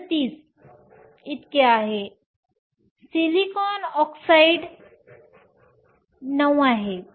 37 आहे SiO2 चे 9 आहे